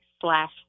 slash